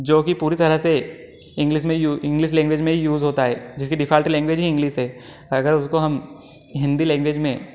जो कि पूरी तरह से इंग्लिश में ही इंग्लिश लैंग्वेज में ही यूज़ होता है जिसकी डिफॉल्ट लैंग्वेज ही इंग्लिश है अगर उसको हम हिंदी लैंग्वेज में